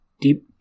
Deep